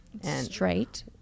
Straight